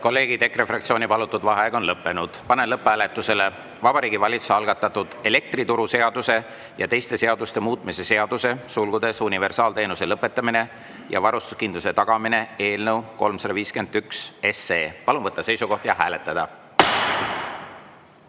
kolleegid, EKRE fraktsiooni palutud vaheaeg on lõppenud. Panen lõpphääletusele Vabariigi Valitsuse algatatud elektrituruseaduse ja teiste seaduste muutmise seaduse (universaalteenuse lõpetamine ja varustuskindluse tagamine) eelnõu 351. Palun võtta seisukoht ja hääletada!